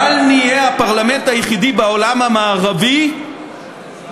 בל נהיה הפרלמנט היחידי בעולם המערבי שמקיים